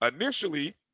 Initially